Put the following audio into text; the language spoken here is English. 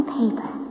paper